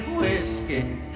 whiskey